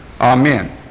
Amen